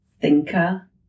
thinker